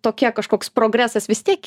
tokia kažkoks progresas vis tiek